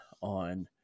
on